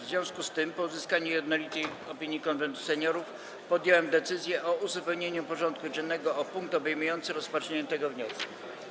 W związku z tym, po uzyskaniu jednolitej opinii Konwentu Seniorów, podjąłem decyzję o uzupełnieniu porządku dziennego o punkt obejmujący rozpatrzenie tego wniosku.